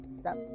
Stop